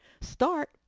start